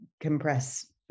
compress